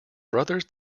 brothers